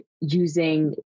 using